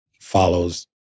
follows